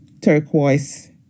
turquoise